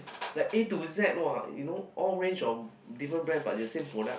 like A to Z what you know all range of different brand but the same product